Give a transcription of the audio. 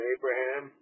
Abraham